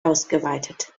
ausgeweitet